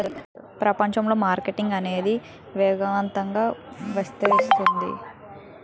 ప్రపంచంలో మార్కెటింగ్ అనేది వేగవంతంగా విస్తరిస్తుంది